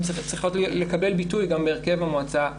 גם צריכות לקבל ביטוי גם בהרכב המועצה הדתית.